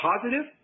positive